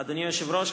אדוני היושב-ראש,